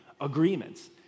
agreements